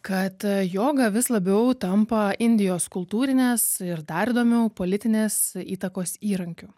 kad joga vis labiau tampa indijos kultūrinės ir dar įdomiau politinės įtakos įrankiu